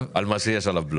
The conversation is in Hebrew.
על מה שיש על הבלו.